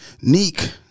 Neek